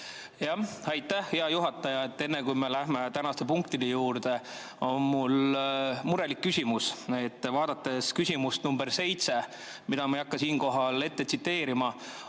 Aitäh, hea juhataja! Enne, kui me läheme tänaste punktide juurde, on mul murelik küsimus. Vaadates küsimust nr 7, mida ma ei hakka siinkohal tsiteerima,